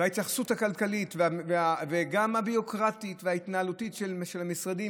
ההתייחסות הכלכלית וגם הביורוקרטית וההתנהלות של המשרדים,